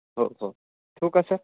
हो हो ठेवू का सर